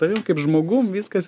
tavim kaip žmogum viskas